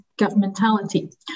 governmentality